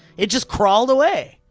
it just crawled away.